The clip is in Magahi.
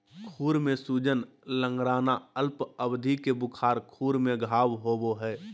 खुर में सूजन, लंगड़ाना, अल्प अवधि के बुखार, खुर में घाव होबे हइ